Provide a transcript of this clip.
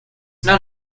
not